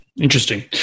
Interesting